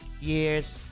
years